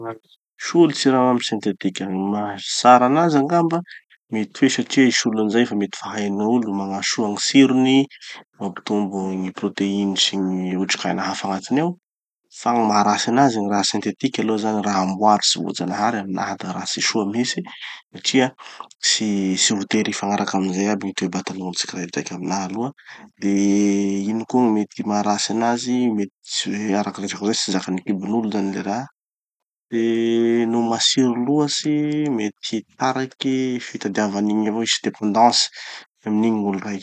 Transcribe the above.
Solon-tsiramamy sentetika. Gny maha tsara anazy angamba, mety hoe satria izy solony zay fa mety fa hain'ny gn'olo gny magnasoa gny tsirony, mampitombo gny proteine sy gny otrikaina hafa agnatiny ao. Fa gny maha ratsy anazy, gny raha sentetiky aloha zany raha amboary, tsy voajanahary ary na- raha tsy soa mihitsy satria tsy tsy voatery hifagnaraky amizay aby gny toe-batan'olo tsikiraidraiky aminaha aloha. De ino koa gny mety maha ratsy anazy? Mety tsy ho- araky ze resako zay, tsy zakan'ny kibon'olo zany le raha. De no matsiro loatsy, mety hitariky fitadiava anigny avao, hisy dependance amin'igny gn'olo raiky.